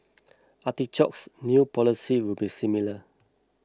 Artichoke's new policy will be similar